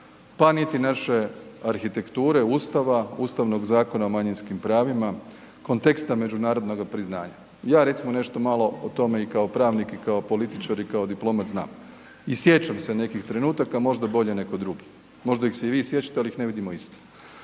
pa niti naše arhitekture Ustave, Ustavnog zakona o manjinskim pravima, konteksta međunarodnoga priznanja. Ja recimo malo nešto malo o tome i kao pravnik i kao političar i kao diplomat znam i sjećam se nekih trenutaka, možda bolje neko drugi, možda ih se i vi sjećate ali ih ne vidimo isto.